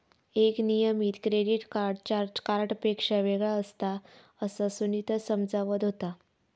एक नियमित credit card charge कार्डपेक्षा वेगळा असता, असा सुनीता समजावत होता